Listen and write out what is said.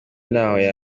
nayo